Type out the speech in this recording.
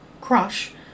crush